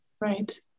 Right